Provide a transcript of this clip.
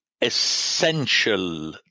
essential